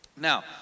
Now